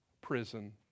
prison